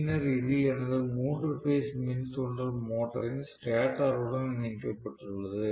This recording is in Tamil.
பின்னர் இது எனது மூன்று பேஸ் மின் தூண்டல் மோட்டாரின் ஸ்டேட்டருடன் இணைக்கப்பட்டுள்ளது